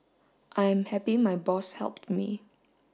I am happy my boss helped me